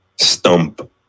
stump